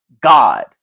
God